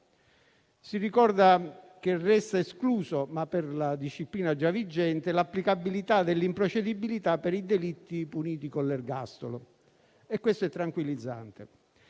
Si ricorda che resta esclusa, ma per la disciplina già vigente, l'applicabilità dell'improcedibilità per i delitti puniti con l'ergastolo e questo è tranquillizzante.